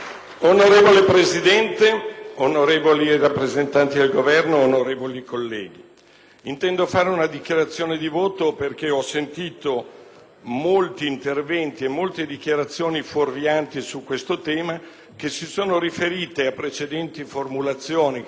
intendo fare una dichiarazione di voto perché ho sentito molti interventi e molte dichiarazioni fuorvianti su questo tema che si sono riferite a precedenti formulazioni, che qualche volta sono apparse nella stampa, ma che non sono l'oggetto dell'emendamento che noi ci